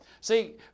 See